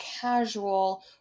casual